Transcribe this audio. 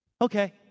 Okay